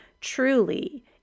truly